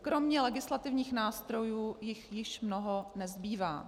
Kromě legislativních nástrojů jich již mnoho nezbývá.